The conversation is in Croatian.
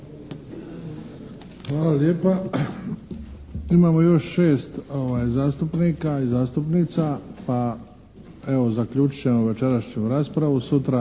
Hvala lijepa. Imamo još šest zastupnika i zastupnica, pa evo zaključujem večerašnju raspravu. Sutra